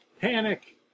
Panic